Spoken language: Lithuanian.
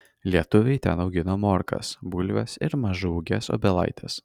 lietuviai ten augino morkas bulves ir mažaūges obelaites